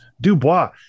Dubois